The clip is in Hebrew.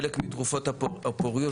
חלק מתרופות הפוריות,